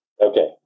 Okay